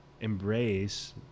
embrace